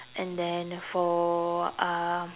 and then for uh